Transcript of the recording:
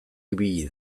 ibili